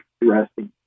interesting